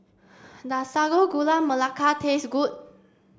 does Sago Gula Melaka taste good